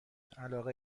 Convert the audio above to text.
علاقه